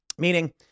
Meaning